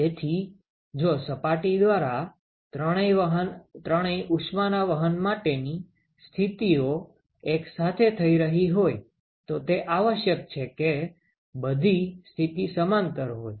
તેથી જો સપાટી દ્વારા ત્રણેય ઉષ્માના વહન માટેની સ્થિતિઓ એક સાથે થઈ રહી હોય તો તે આવશ્યક છે કે બધી સ્થિતિ સમાંતર હોય